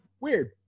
Weird